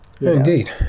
indeed